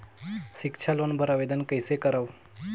सिक्छा लोन बर आवेदन कइसे करव?